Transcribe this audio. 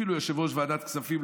אפילו יושב-ראש ועדת כספים,